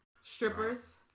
Strippers